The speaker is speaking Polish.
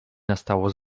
nastało